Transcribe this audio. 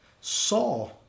saw